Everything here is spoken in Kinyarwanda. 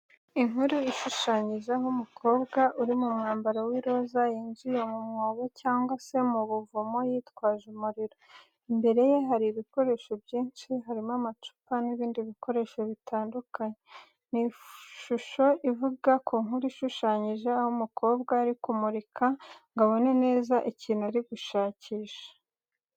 Inkuru ishushanyije, aho umukobwa uri mu mwambaro w’iroza yinjiye mu mwobo, cyangwa se mu buvumo yitwaje umuriro. Imbere ye hari ibikoresho byinshi, harimo amacupa n’ibindi bikoresho bitandukanye. Ni ishusho ivuga ku nkuru ishushanyije, aho umukobwa ari kumurika ngo abone neza ikintu ari gushakisha.